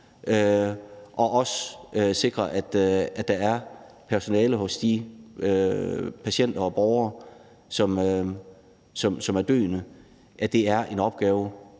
og også sikre, at der er personale hos de patienter og borgere, som er døende. Altså, det er en opgave,